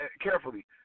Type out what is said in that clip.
carefully